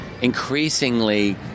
increasingly